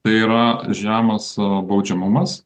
tai yra žemas baudžiamumas